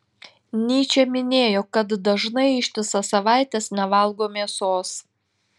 nyčė minėjo kad dažnai ištisas savaites nevalgo mėsos